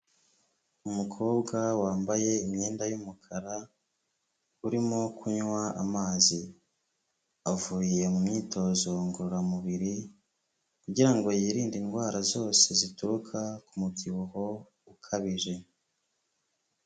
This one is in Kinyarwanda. Umukobwa wambaye imyenda y'umukara urimo kunywa amazi, avuye mu myitozo ngororamubiri kugira ngo yirinde indwara zose zituruka ku mubyibuho ukabije.